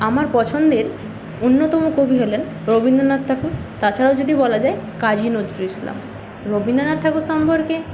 আমার পছন্দের অন্যতম কবি হলেন রবীন্দ্রনাথ ঠাকুর তাছাড়াও যদি বলা যায় কাজী নজরুল ইসলাম রবীন্দ্রনাথ ঠাকুর সম্পর্কে